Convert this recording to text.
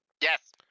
Yes